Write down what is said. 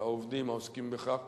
והעובדים העוסקים בכך,